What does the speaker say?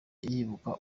yibuka